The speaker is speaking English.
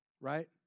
right